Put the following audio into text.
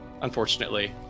Unfortunately